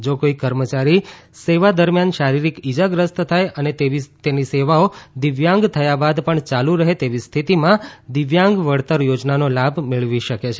જો કોઇ કર્મચારી સેવા દરમિયાન શારીરીક ઇજાગ્રસ્ત થાય અને તેની સેવાઓ દિવ્યાંગ થયા બાદ પણ યાલુ રહે તેવી સ્થિતિમાં દિવ્યાંગ વળતર યોજનાનો લાભ મેળવી શકે છે